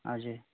हजुर